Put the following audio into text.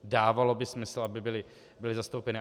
Dávalo by smysl, aby byly zastoupeny.